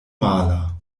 mala